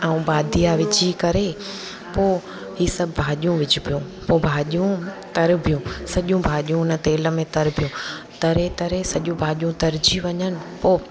ऐं बाधिया विझी करे पोइ ही सभु भाॼियूं विझिबो पोइ भाॼियूं तरबियूं सॼियूं भाॼियूं तेल में तरिबो तरे तरे सॼो भाॼियूं तरिजी वञनि पोइ